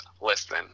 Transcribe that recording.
listen